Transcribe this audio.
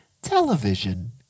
television